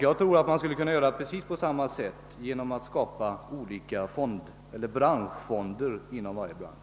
Jag tror att man skulle kunna göra på samma sätt och skapa branschfonder inom varje bransch.